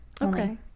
Okay